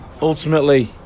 Ultimately